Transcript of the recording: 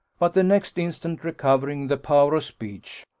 but the next instant recovering the power of speech,